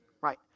Right